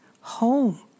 home